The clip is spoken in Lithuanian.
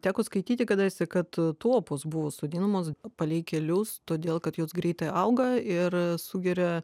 teko skaityti kadaise kad tuopos buvo sodinamos palei kelius todėl kad jos greitai auga ir sugeria